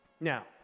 Now